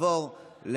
היעדרות בשל אשפוז פג),